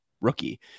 rookie